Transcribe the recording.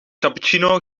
cappuccino